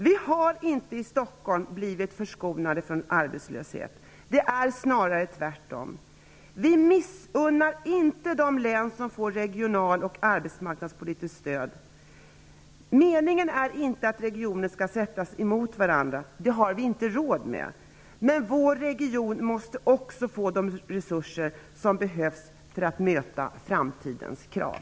Vi har inte blivit förskonade från arbetslöshet i Stockholm. Det är snarare tvärtom. Vi missunnar inte de län som får regional och arbetsmarknadspolitiskt stöd det stödet. Meningen är inte att regioner skall ställas mot varandra; det har vi inte råd med. Men vår region måste också få de resurser som behövs för att den skall kunna möta framtidens krav.